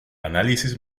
análisis